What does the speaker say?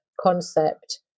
concept